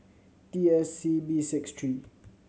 T S C B six three